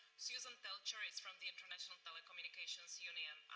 susan teltscher is from the international telecommunications union,